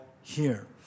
here